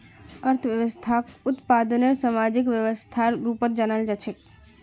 अर्थव्यवस्थाक उत्पादनेर सामाजिक व्यवस्थार रूपत जानाल जा छेक